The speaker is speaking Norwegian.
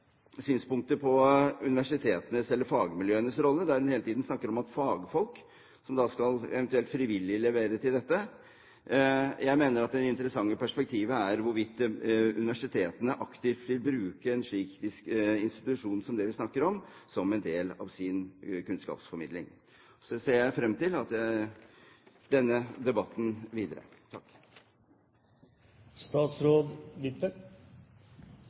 synspunkter på fagmiljøenes rolle, der hun hele tiden snakker om fagfolk som eventuelt frivillig skal levere her. Jeg mener at det interessante perspektivet er hvorvidt universitetene aktivt vil bruke en slik institusjon som den vi snakker om, som en del av sin kunnskapsformidling. Jeg ser frem til den videre debatten. Representanten Thommessen sier at